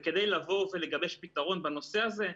וכדי לבוא ולגבש פתרון בנושא הזה,